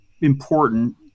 important